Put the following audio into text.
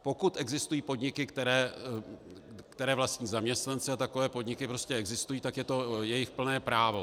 Pokud existují podniky, které vlastní zaměstnanci, a takové podniky existují, tak je to jejich plné právo.